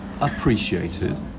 appreciated